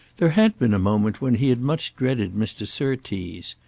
there had been a moment when he had much dreaded mr. surtees.